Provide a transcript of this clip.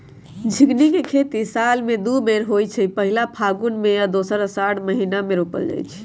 झिगुनी के खेती साल में दू बेर होइ छइ पहिल फगुन में आऽ दोसर असाढ़ महिना मे रोपल जाइ छइ